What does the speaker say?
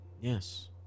Yes